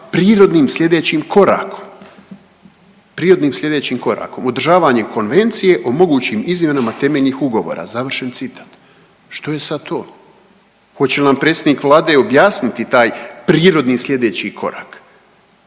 prirodnim slijedećim korakom. Prirodnim slijedećim korakom, održavanje konvencije o mogućim izmjenama temeljnih ugovora. Završen citat. Što je sad to? Hoće nam predsjednik vlade objasniti taj prirodni slijedeći korak?